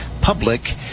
Public